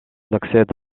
accède